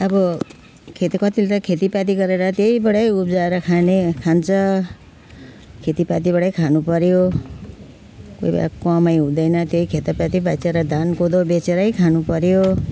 अब खेती कतिले त खेतीपाती गरेर त्यहीबाटै उब्जाएर खाने खान्छ खेतीपातीबाटै खानुपर्यो कोही बेला कमाइ हुँदैन त्यही खेतीपाती बेचेर धान कोदो बेचेरै खानुपर्यो